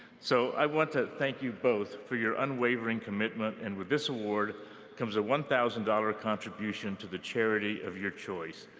so i want to thank you both for your unwaiver and commitment, and with this award comes a one thousand dollars contribution to the charity of your choice.